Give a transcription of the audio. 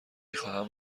خواهم